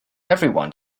everyone